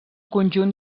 conjunt